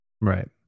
Right